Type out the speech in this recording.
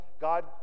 God